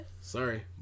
Sorry